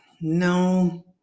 no